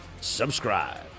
subscribe